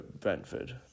Brentford